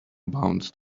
bounced